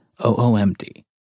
OOMD